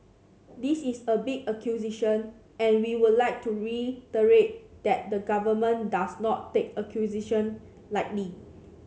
this is a big acquisition and we would like to reiterate that the government does not take acquisition lightly